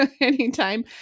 Anytime